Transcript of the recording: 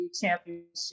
championship